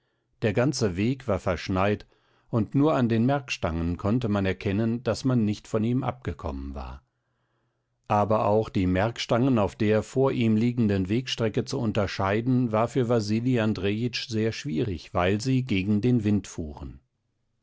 der ganze weg war verschneit und nur an den merkstangen konnte man erkennen daß man nicht von ihm abgekommen war aber auch die merkstangen auf der vor ihm liegenden wegstrecke zu unterscheiden war für wasili andrejitsch sehr schwierig weil sie gegen den wind fuhren